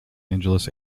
angeles